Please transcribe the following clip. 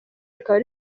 rikaba